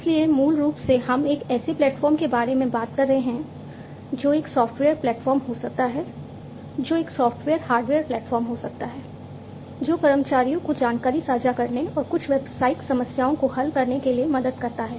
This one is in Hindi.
इसलिए मूल रूप से हम एक ऐसे प्लेटफ़ॉर्म के बारे में बात कर रहे हैं जो एक सॉफ़्टवेयर प्लेटफ़ॉर्म हो सकता है जो एक सॉफ़्टवेयर हार्डवेयर प्लेटफ़ॉर्म हो सकता है जो कर्मचारियों को जानकारी साझा करने और कुछ व्यावसायिक समस्याओं को हल करने के लिए मदद करता है